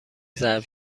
ظرف